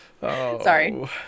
Sorry